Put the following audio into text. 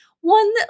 one